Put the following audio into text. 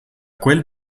quel